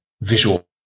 visual